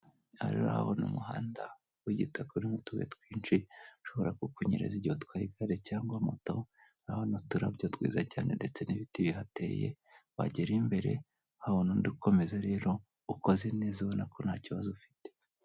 Aha urahabona umuhanda w'igitaka urimo utubuye twinshi, ushobora kukunyereza igihe utwaye igare cyangwa moto. Turabona uturabya twiza cyane ndetse n'ibiti bihateye, wagera imbere ukabona undi ukomeza, ukoze neza, ubona ko nta kibazo ufite.